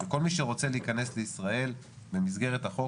וכל מי שרוצה להיכנס לישראל במסגרת החוק,